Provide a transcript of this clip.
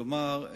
כלומר,